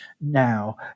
now